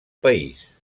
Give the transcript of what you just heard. país